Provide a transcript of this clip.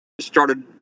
started